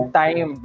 time